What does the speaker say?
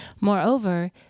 Moreover